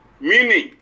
Meaning